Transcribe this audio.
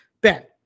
Ben